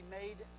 made